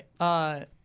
right